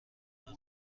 نقد